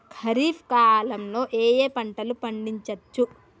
ఖరీఫ్ కాలంలో ఏ ఏ పంటలు పండించచ్చు?